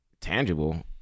tangible